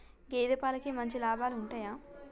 గేదే పాలకి మంచి లాభాలు ఉంటయా?